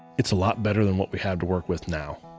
it's a lot better than what we have to work with now.